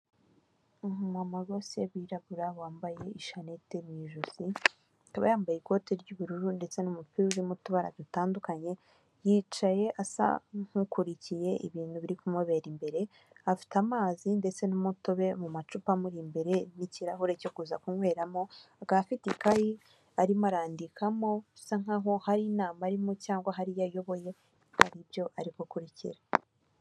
Umumama rwose se wirabura wambaye ishanete mu ijosi akaba yambaye ikote ry'ubururu ndetse n'umupira uririmo mu tubara dutandukanye yicaye asa nk'ukurikiye ibintu biri kumubera imbere, afite amazi ndetse n'umutobe mu macupa amuri imbere n'ikirahure cyo kuza kunyweramo, akaba afite ikayi arimo arandikamo bisa nk'aho hari inama arimo cyangwa hari iyo ayoboye ari ibyo arikurikira.